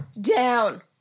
Down